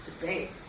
debate